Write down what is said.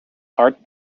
art